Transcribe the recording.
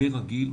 די רגיל,